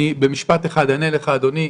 במשפט אחד, אני אענה לך אדוני.